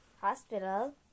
hospital